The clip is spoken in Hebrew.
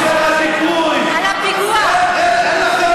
אתה רוצה להגיב על הפיגוע של אתמול?